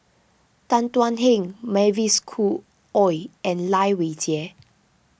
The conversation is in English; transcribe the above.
Tan Thuan Heng Mavis Khoo Oei and Lai Weijie